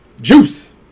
Juice